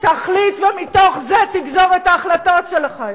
זאת היתה, תחליט ומתוך זה תגזור את ההחלטות שלך.